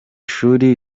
shuri